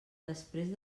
després